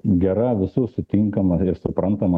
gera visų sutinkama ir suprantama